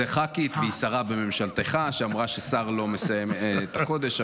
זאת ח"כית והיא שרה בממשלתך שאמרה ששר לא מסיים את החודש.